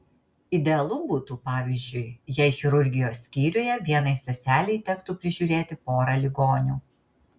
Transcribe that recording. idealu būtų pavyzdžiui jei chirurgijos skyriuje vienai seselei tektų prižiūrėti porą ligonių